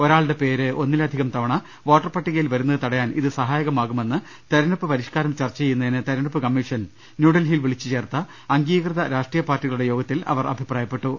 ഒരാളുടെ പേര് ഒന്ന ലധികം തവണ വോട്ടർ പട്ടികയിൽ വരുന്നത് തടയാൻ ഇത് സഹായകമാ കുമെന്ന് തെരഞ്ഞെടുപ്പ് പരിഷ്കാരം ചർച്ച ചെയ്യുന്നതിന് തെരഞ്ഞെടുപ്പ് കമ്മീഷൻ ന്യൂഡൽഹിയിൽ വിളിച്ചുചേർത്ത അംഗീകൃത രാഷ്ട്രീയ പാർട്ടി കളുടെ യോഗത്തിൽ അവർ അഭിപ്രായപ്പെട്ടു